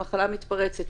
המחלה מתפרצת.